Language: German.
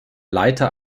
leiter